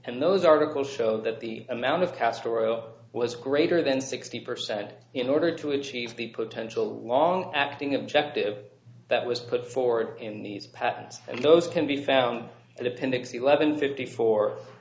and those articles show that the amount of castor oil was greater than sixty percent in order to achieve the potential long acting objective that was put forward in these patents and those can be found at appendix eleven fifty four